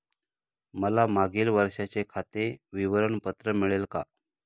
मला मागील वर्षाचे खाते विवरण पत्र मिळेल का?